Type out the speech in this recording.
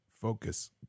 focus